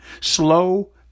slow